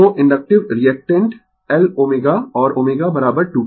तो inductive reactance L ω और ω 2πf